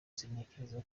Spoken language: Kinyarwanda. sintekereza